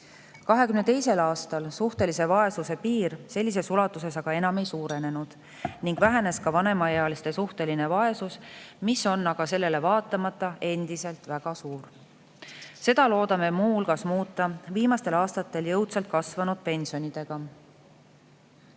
2022. aastal suhtelise vaesuse piir sellises ulatuses aga enam ei suurenenud ning vähenes ka vanemaealiste suhteline vaesus, mis on aga sellele vaatamata endiselt väga suur. Seda loodame muu hulgas muuta viimastel aastatel jõudsalt kasvanud pensionidega.